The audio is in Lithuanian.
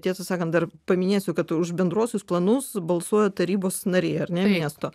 tiesą sakant dar paminėsiu kad už bendruosius planus balsuoja tarybos nariai ar ne miesto